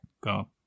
go